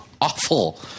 awful